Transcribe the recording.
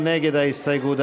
מי נגד ההסתייגות?